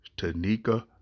Tanika